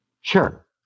Sure